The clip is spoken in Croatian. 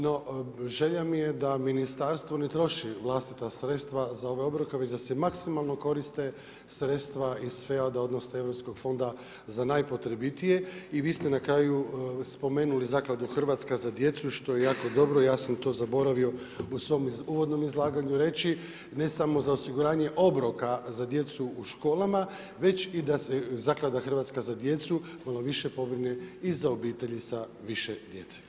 No, želja mi je da ministarstvo ne troši vlastita sredstva za ove obroke već da se maksimalno koriste sredstva iz FEAD odnosno Europskog fonda za najpotrebitije i vi ste na kraju spomenuli Zakladu Hrvatska za djecu što je jako dobro, ja sam to zaboravio u svom uvodnom izlaganju reći, ne samo za osiguranje obroka za djecu u školama već da se i Zaklada Hrvatska za djecu malo više pobrine i za obitelji sa više djece.